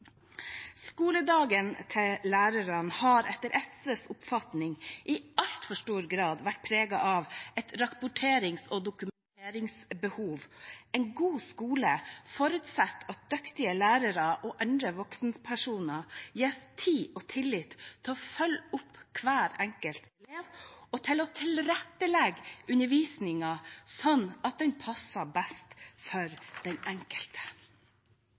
Skoledagen til lærerne har etter SVs oppfatning i altfor stor grad vært preget av et rapporterings- og dokumenteringsbehov. En god skole forutsetter at dyktige lærere og andre voksenpersoner gis tid og tillit til å følge opp hver enkelt elev, og til å tilrettelegge undervisningen sånn at den passer best for den enkelte.